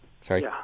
Sorry